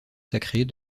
sacrés